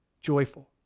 joyful